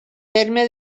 terme